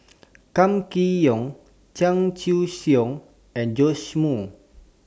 Kam Kee Yong Chan Choy Siong and Joash Moo